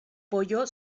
pollo